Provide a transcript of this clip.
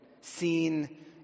seen